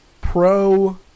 Pro